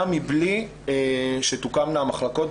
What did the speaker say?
גם מבלי שיוקמו המחלקות,